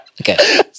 okay